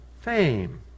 fame